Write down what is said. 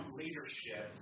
leadership